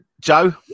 Joe